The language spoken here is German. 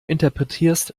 interpretierst